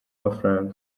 amafaranga